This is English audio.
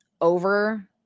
over